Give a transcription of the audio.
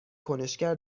کنشگر